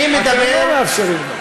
אני מדבר, אתם לא מאפשרים לו.